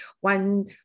one